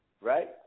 Right